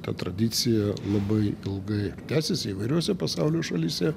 ta tradicija labai ilgai tęsiasi įvairiose pasaulio šalyse